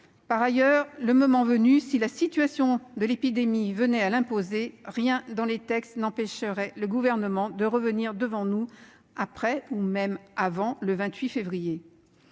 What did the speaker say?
Du reste, le moment venu, si la situation de l'épidémie venait à l'imposer, rien dans les textes n'empêcherait le Gouvernement de revenir devant nous après, ou même avant, le 28 février.